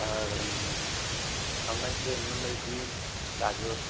আর আপনার যে অন্যান্য এই বিনস গাজর